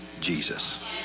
Jesus